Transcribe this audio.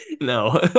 No